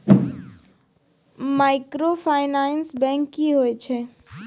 Microfinance bank की होय छै?